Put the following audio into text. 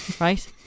right